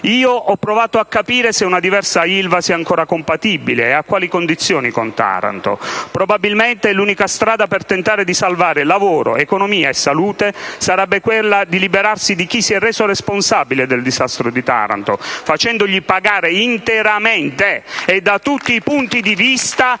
Io ho provato a capire se una diversa Ilva sia ancora compatibile, e a quali condizioni, con Taranto. Probabilmente l'unica strada per tentare di salvare lavoro, economia e salute sarebbe quella di liberarsi di chi si è reso responsabile del disastro di Taranto, facendogli pagare interamente e da tutti i punti di vista i costi